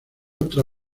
otra